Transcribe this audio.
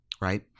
right